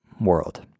world